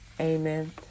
Amen